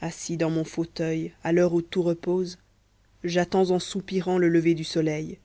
assis dans mon fauteuil à l'heure où tout repose j'attends en soupirant le lever du soleil